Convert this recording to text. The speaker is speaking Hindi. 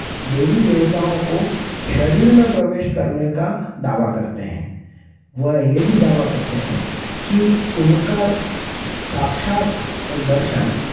देवी देवताओं को शरीर में प्रवेश करने का दावा करते हैं वह यह भी दावा करते हैं कि उनका साक्षात दर्शन